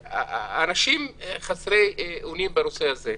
ואנשים הם חסרי אונים בנושא הזה.